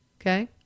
Okay